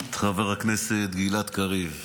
את חבר הכנסת גלעד קריב,